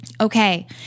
Okay